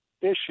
issue